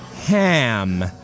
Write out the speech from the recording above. ham